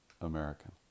American